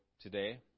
today